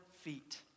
feet